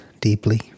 deeply